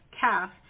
calf